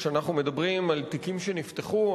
כשאנחנו מדברים על תיקים שנפתחו,